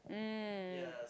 mm